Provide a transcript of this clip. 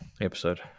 episode